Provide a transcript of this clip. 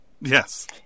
Yes